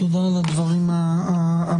תודה על הדברים האמיצים,